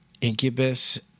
Incubus